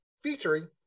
Featuring